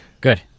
Good